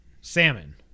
Salmon